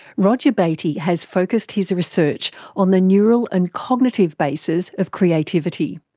roger beaty has focussed his research on the neural and cognitive bases of creativity,